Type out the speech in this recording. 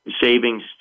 savings